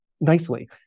nicely